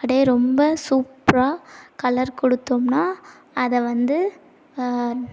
அப்படியே ரொம்ப சூப்பராக கலர் கொடுத்தோம்னா அதைவந்து